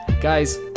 Guys